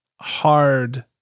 hard